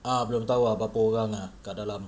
ah belum tahu ah berapa orang ah kat dalam